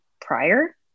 prior